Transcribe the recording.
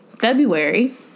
February